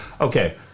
Okay